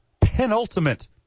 penultimate